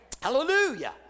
Hallelujah